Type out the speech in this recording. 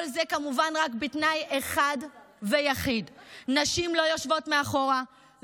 כל זה כמובן רק בתנאי אחד ויחיד: נשים לא יושבות מאחורה,